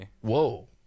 Whoa